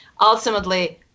ultimately